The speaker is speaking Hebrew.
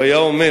הוא היה אומר: